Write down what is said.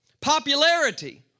popularity